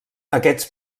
aquests